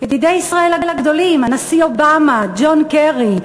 ידידי ישראל הגדולים, הנשיא אובמה, ג'ון קרי,